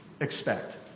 expect